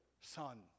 son